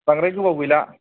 बांद्राय गोबाव गैला